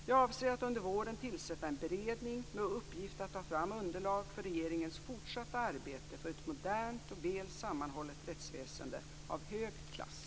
Jag avser att under våren tillsätta en beredning med uppgift att ta fram underlag för regeringens fortsatta arbete för ett modernt och väl sammanhållet rättsväsende av hög klass.